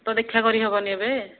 ତ ଦେଖା କରି ହେବନି ଏବେ